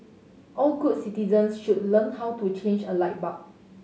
all good citizens should learn how to change a light bulb